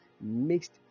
mixed